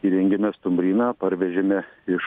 įrengėme stumbryną parvežėme iš